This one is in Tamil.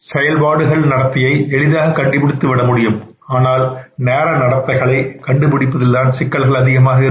செயல்பாடுகள் நடத்தையை எளிதாக கண்டுபிடித்துவிட முடியும் ஆனால் நேர நடத்தைகளை கண்டுபிடிப்பதில் தான் சிக்கல்கள் அதிகமாக இருக்கும்